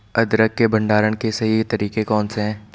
अदरक के भंडारण के सही तरीके कौन से हैं?